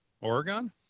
Oregon